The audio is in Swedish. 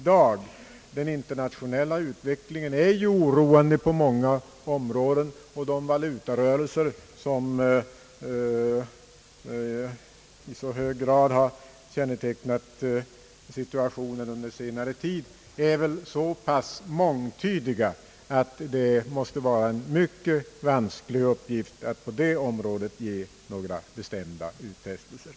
Den internationella utvecklingen är ju oroande på många områden, och de valutarörelser som i så hög grad har kännetecknat situationen under senare tid är så pass mångtydiga att det måste vara en mycket vansklig uppgift att på det området göra några bestämda utfästelser.